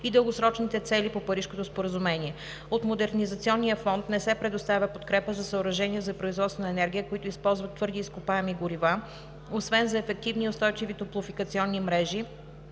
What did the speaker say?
и дългосрочните цели по Парижкото споразумение. От Модернизационния фонд не се предоставя подкрепа за съоръжения за производство на енергия, които използват твърди изкопаеми горива, освен за ефективни и устойчиви топлофикационни мрежи,